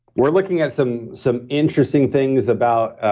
we're looking at some some interesting things about